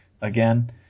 again